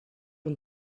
een